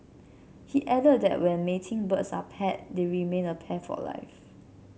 he added that when mating birds are paired they remain a pair for life